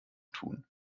tun